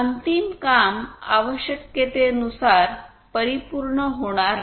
अंतिम काम आवश्यकतेनुसार परिपूर्ण होणार नाही